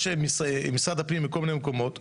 יש במשרד הפנים כל מיני מקומות,